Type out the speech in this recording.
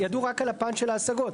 ידעו רק על הפן של ההשגות.